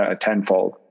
tenfold